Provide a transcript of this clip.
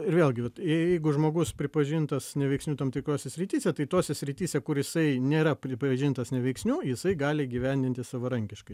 ir vėlgi vat jeigu žmogus pripažintas neveiksniu tam tikrose srityse tai tose srityse kur jisai nėra pripažintas neveiksniu jisai gali įgyvendinti savarankiškai